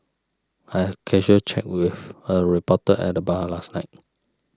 I had casual chat with a reporter at the bar last night